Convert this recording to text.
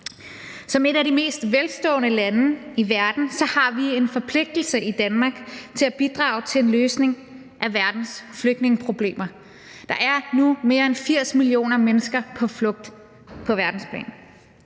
Som et af de mest velstående lande i verden har vi en forpligtelse i Danmark til at bidrage til en løsning af verdens flygtningeproblemer. Der er nu mere end 80 millioner mennesker på flugt på verdensplan.